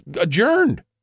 adjourned